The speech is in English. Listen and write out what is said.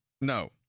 No